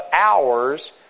hours